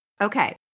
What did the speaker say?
Okay